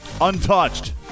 Untouched